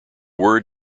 word